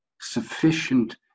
sufficient